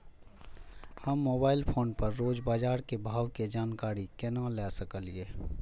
हम mobile phone पर रोज बाजार के भाव के जानकारी केना ले सकलिये?